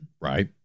Right